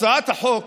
הצעת החוק